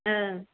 ओं